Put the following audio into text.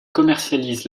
commercialisent